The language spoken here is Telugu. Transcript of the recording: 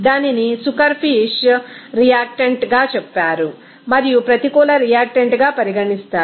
దానిని సుకర్ ఫిష్ రియాక్టెంట్ గా చెప్పారు మరియు ప్రతికూల రియాక్టెంట్ గా పరిగణిస్తారు